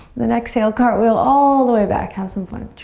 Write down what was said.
then exhale, cartwheel all the way back. have some fun.